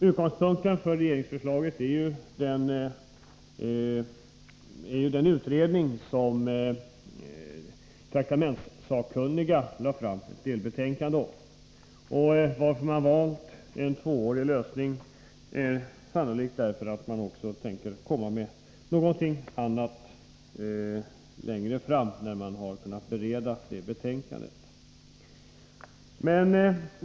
Utgångspunkten för regeringsförslaget är det delbetänkande som traktamentssakkunniga lagt fram. En tvåårig lösning har valts sannolikt därför att man längre fram tänker komma med något annat, sedan man kunnat bereda detta betänkande.